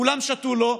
כולם שתו לו,